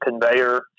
conveyor